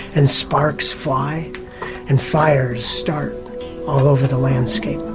and sparks fly and fires start all over the landscape,